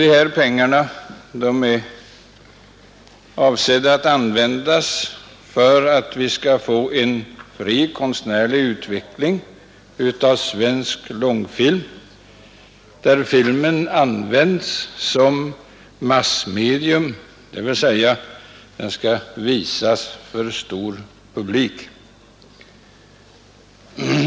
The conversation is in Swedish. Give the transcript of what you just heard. Dessa pengar är avsedda att användas till en fri konstnärlig utveckling av svensk långfilm som skall visas på biograferna för stor publik.